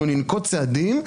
אנחנו ננקוט צעדים,